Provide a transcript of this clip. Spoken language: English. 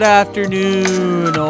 afternoon